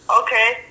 Okay